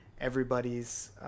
everybody's